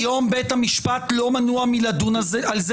היום בית המשפט לא מנוע מלדון בזה ויכול